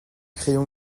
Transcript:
crayons